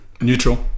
neutral